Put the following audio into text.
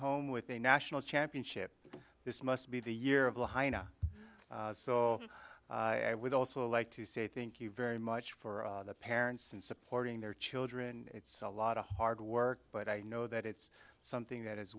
home with a national championship this must be the year of the high and i would also like to say thank you very much for the parents and supporting their children it's a lot of hard work but i know that it's something that